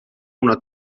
una